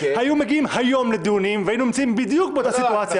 היו מגיעים היום לדיונים והיינו נמצאים בדיוק באותה סיטואציה.